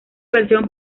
versión